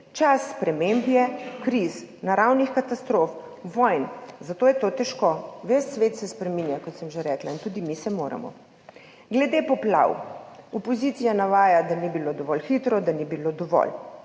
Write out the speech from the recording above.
čas sprememb, kriz, naravnih katastrof, vojn, zato je to težko. Ves svet se spreminja, kot sem že rekla, in tudi mi se moramo. Glede poplav. Opozicija navaja, da ni bilo dovolj hitro, da ni bilo dovolj.